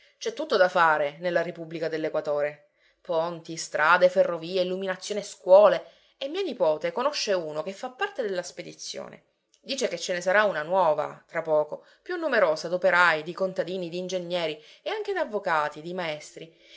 c'è tutto da fare nella repubblica dell'equatore ponti strade ferrovie illuminazione scuole e mia nipote conosce uno che fa parte della spedizione dice che ce ne sarà una nuova tra poco più numerosa d'operai di contadini d'ingegneri e anche d'avvocati di maestri